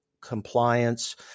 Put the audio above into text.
compliance